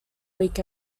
week